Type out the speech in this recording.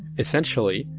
essentially,